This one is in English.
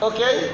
Okay